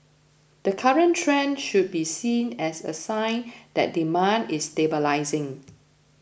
the current trend should be seen as a sign that demand is stabilising